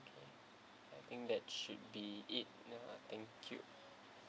I think that should be it nah thank you